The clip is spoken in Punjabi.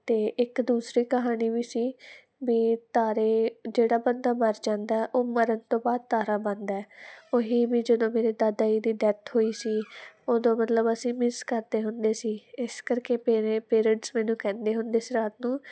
ਅਤੇ ਇੱਕ ਦੂਸਰੀ ਕਹਾਣੀ ਵੀ ਸੀ ਵੀ ਤਾਰੇ ਜਿਹੜਾ ਬੰਦਾ ਮਰ ਜਾਂਦਾ ਉਹ ਮਰਨ ਤੋਂ ਬਾਅਦ ਤਾਰਾ ਬਣਦਾ ਉਹੀ ਵੀ ਜਦੋਂ ਮੇਰੇ ਦਾਦਾ ਜੀ ਦੀ ਡੈਥ ਹੋਈ ਸੀ ਉਦੋਂ ਮਤਲਬ ਅਸੀਂ ਮਿਸ ਕਰਦੇ ਹੁੰਦੇ ਸੀ ਇਸ ਕਰਕੇ ਮੇਰੇ ਪੇਰੈਂਟਸ ਮੈਨੂੰ ਕਹਿੰਦੇ ਹੁੰਦੇ ਸੀ ਰਾਤ ਨੂੰ